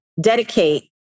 dedicate